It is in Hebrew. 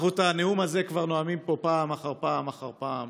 אנחנו את הנאום הזה נואמים פה פעם אחר פעם אחר פעם,